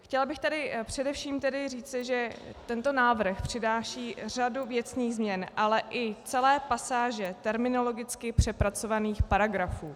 Chtěla bych tady především říci, že tento návrh přináší řadu věcných změn, ale i celé pasáže terminologicky přepracovaných paragrafů.